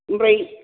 ओमफ्राय